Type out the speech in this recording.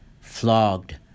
flogged